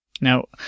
now